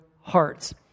hearts